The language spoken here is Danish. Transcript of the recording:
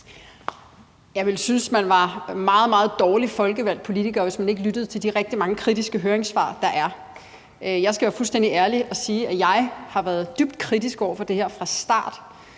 Jeg ville synes, at man var en meget, meget dårlig folkevalgt politiker, hvis man ikke lyttede til de rigtig mange kritiske høringssvar, der er. Jeg skal være fuldstændig ærlig og sige, at jeg har været dybt kritisk over for det her fra start,